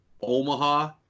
Omaha